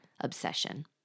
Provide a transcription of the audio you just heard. obsession